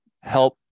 help